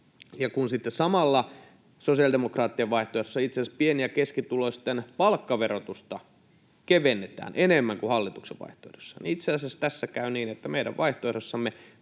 sitten samalla sosiaalidemokraattien vaihtoehdossa itse asiassa pieni- ja keskituloisten palkkaverotusta kevennetään enemmän kuin hallituksen vaihtoehdossa, niin itse asiassa tässä käy niin, että meidän vaihtoehdossamme